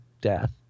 death